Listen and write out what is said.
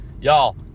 y'all